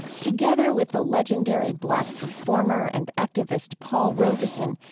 together with the legendary black performer and activist paul robeson,